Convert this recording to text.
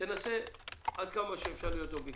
ותנסה עד כמה שאפשר להיות אובייקטיבי.